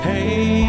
Hey